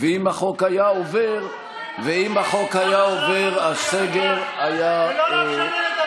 אם החוק היה עובר, אני לא, אמורה להיות,